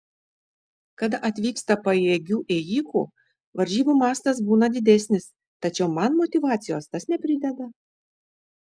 kada atvyksta pajėgių ėjikų varžybų mastas būna didesnis tačiau man motyvacijos tas neprideda